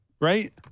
right